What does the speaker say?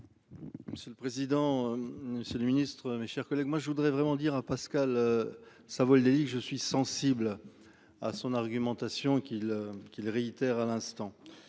Monsieur le président. Monsieur le Ministre, mes chers collègues. Moi je voudrais vraiment dire à Pascal. Savoldelli je suis sensible à son argumentation qu'il qu'il réitère à l'instant.